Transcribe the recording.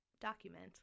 document